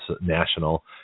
National